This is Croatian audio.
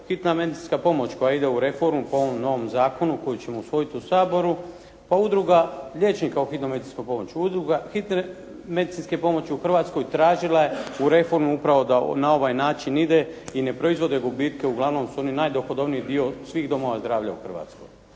hitna medicinska pomoć koja ide u reformu po ovom novom zakonu koju ćemo usvojiti u Saboru, pa udruga liječnika u hitnoj medicinskoj pomoći. Udruga hitne medicinske pomoći u hrvatskoj tražila je u reformu upravo da na ovaj način ide i ne proizvode gubitke. Uglavnom su oni najdohodovniji dio svih domova zdravlja u Hrvatskoj.